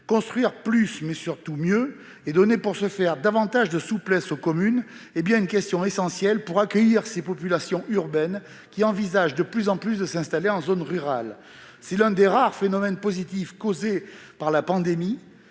Construire plus, mais surtout mieux, et donner pour ce faire davantage de souplesse aux communes, telle est la stratégie essentielle à mettre en place si nous voulons pouvoir accueillir les populations urbaines qui envisagent, de plus en plus, de s'installer en zone rurale. C'est l'un des rares phénomènes positifs causés par la pandémie.